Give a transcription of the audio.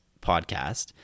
podcast